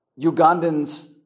Ugandans